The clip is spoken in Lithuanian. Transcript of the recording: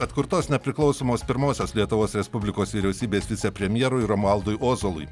atkurtos nepriklausomos pirmosios lietuvos respublikos vyriausybės vicepremjerui romualdui ozolui